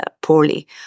poorly